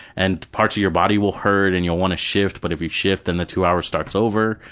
and parts of your body will hurt and you'll want to shift, but if you shift then the two hours starts over.